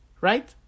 right